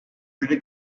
günü